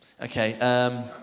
Okay